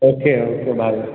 okay okay भाई